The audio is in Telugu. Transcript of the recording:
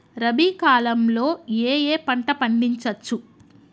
రబీ కాలంలో ఏ ఏ పంట పండించచ్చు?